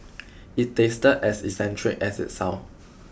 it tasted as eccentric as it sound